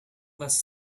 class